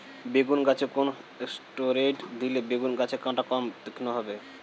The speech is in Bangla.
বেগুন গাছে কোন ষ্টেরয়েড দিলে বেগু গাছের কাঁটা কম তীক্ষ্ন হবে?